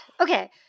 Okay